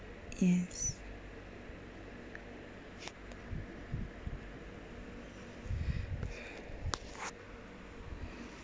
yes